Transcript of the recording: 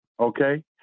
Okay